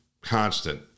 constant